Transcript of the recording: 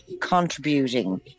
contributing